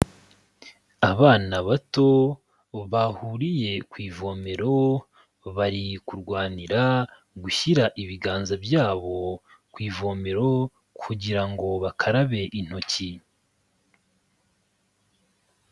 Abana bato bahuriye ku ivomero, bari kurwanira gushyira ibiganza byabo ku ivomero kugira ngo bakarabe intoki.